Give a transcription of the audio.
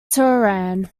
tehran